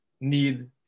need